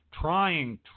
trying